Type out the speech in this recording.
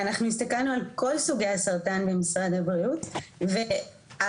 ואנחנו הסתכלנו על כל סוגי הסרטן במשרד הבריאות ואין